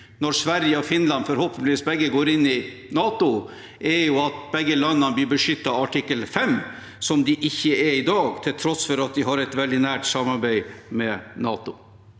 forsamlinger for 2022 pentligvis begge går inn i NATO, er at begge landene blir beskyttet av artikkel 5. Det er de ikke i dag, til tross for at de har et veldig nært samarbeid med NATO.